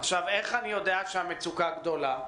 איך אני יודע שהמצוקה גדולה?